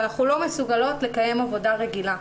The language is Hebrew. ואנחנו לא מסוגלות לקיים עבודה רגילה,